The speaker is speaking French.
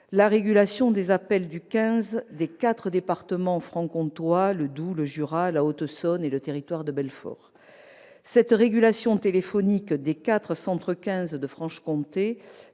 la régulation des appels du 15 des quatre départements franc-comtois : le Doubs, le Jura, la Haute-Saône et le Territoire de Belfort. Cette régulation téléphonique au travers d'une plateforme